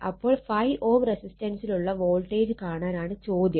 അപ്പോൾ 5 Ω റെസിസ്റ്റൻസിലുള്ള വോൾട്ടേജ് കാണാനാണ് ചോദ്യം